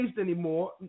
anymore